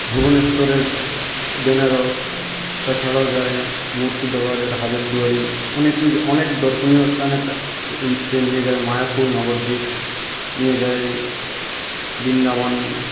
ভুবনেশ্বরের বেনারস তাছাড়াও যায় মুর্শিদাবাদের হাজারদুয়ারি অনেক অনেক দর্শনীয় স্থানে সে নিয়ে যায় মায়াপুর নবদ্বীপ নিয়ে যায় বৃন্দাবন